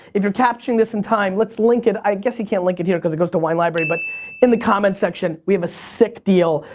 if you're capturing this in time let's link it. i guess you can't link it here because it goes to wine library but in the comments section we have a sick deal.